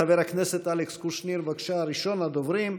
חבר הכנסת אלכס קושניר, בבקשה, ראשון הדוברים.